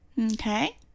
Okay